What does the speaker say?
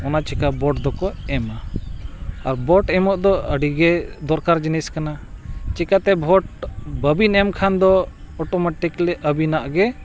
ᱚᱱᱟ ᱪᱤᱠᱟᱹ ᱵᱷᱳᱴ ᱫᱚᱠᱚ ᱮᱢᱟ ᱟᱨ ᱵᱷᱳᱴ ᱮᱢᱚᱜ ᱫᱚ ᱟᱹᱰᱤ ᱜᱮ ᱫᱚᱨᱠᱟᱨ ᱡᱤᱱᱤᱥ ᱠᱟᱱᱟ ᱪᱤᱠᱟᱹᱛᱮ ᱵᱷᱳᱴ ᱵᱟᱹᱵᱤᱱ ᱮᱢ ᱠᱷᱟᱱ ᱫᱚ ᱚᱴᱳᱢᱮᱴᱤᱠᱞᱤ ᱟᱵᱤᱱᱟᱜ ᱜᱮ